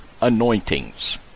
Anointings